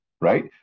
right